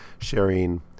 sharing